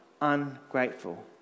ungrateful